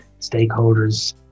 stakeholders